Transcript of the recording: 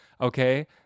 Okay